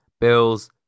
Bills